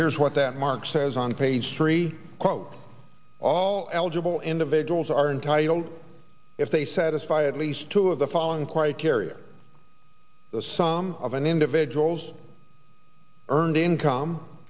here's what that mark says on page three quote all eligible individuals are entitled if they satisfy at least two of the following criteria the sum of an individual's earned income